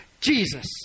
Jesus